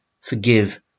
forgive